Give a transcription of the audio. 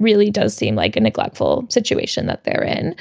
really does seem like a neglectful situation that they're in.